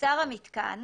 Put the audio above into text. הוסר המיתקן